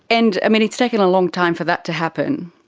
and, i mean, it's taken a long time for that to happen.